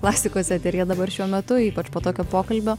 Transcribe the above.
klasikos eteryje dabar šiuo metu ypač po tokio pokalbio